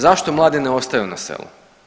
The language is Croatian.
Zašto mladi ne ostaju na selu?